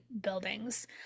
buildings